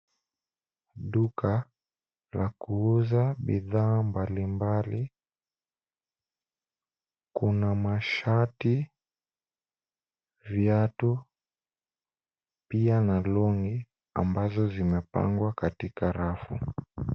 Duka la kuuza bidhaa mbalimbali. Kuna mashati, viatu pia na long'i ambazo zimepangwa katika rafu.